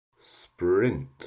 Sprint